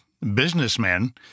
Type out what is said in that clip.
businessman